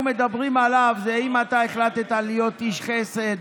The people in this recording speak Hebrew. מדברים עליו: אם אתה החלטת להיות איש חסד,